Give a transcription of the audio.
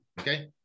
Okay